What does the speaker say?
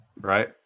Right